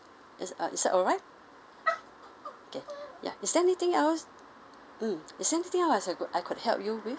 is uh is that alright okay yeah is there anything else mm is there anything else I could I could help you with